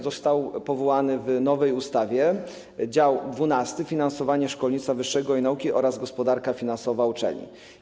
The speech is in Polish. Został wprowadzony w nowej ustawie dział XII: „Finansowanie systemu szkolnictwa wyższego i nauki oraz gospodarka finansowa uczelni”